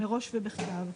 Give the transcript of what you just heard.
מראש ובכתב,